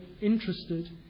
interested